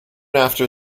after